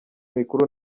mikuru